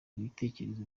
ibitekerezo